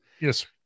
yes